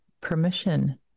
permission